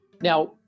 Now